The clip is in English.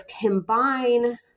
combine